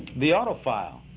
the auto file,